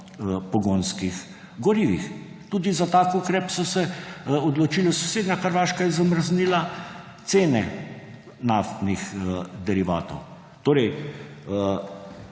pogonskih gorivih. Tudi za tak ukrep so se odločili, sosednja Hrvaška je zamrznila cene naftnih derivatov. Da